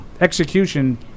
execution